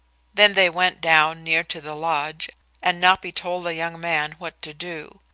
then they went down near to the lodge and napi told the young man what to do.